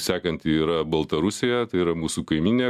sekanti yra baltarusija tai yra mūsų kaimynė